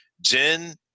Jen